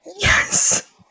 Yes